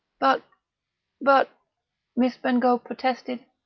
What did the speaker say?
but but miss bengough protested,